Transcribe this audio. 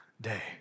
day